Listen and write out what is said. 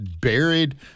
buried